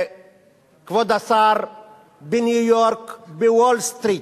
כבוד השר, בניו-יורק, בוול-סטריט,